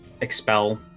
expel